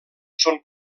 són